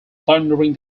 plundering